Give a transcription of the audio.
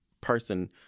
person